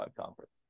conference